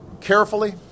carefully